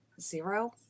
zero